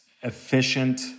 efficient